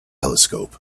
telescope